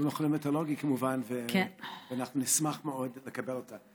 במכון המטאורולוגי, כמובן, ואנחנו נשמח לקבל אותו.